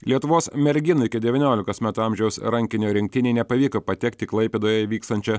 lietuvos merginų iki devyniolikos metų amžiaus rankinio rinktinei nepavyko patekti į klaipėdoje vykstančio